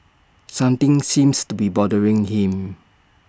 something seems to be bothering him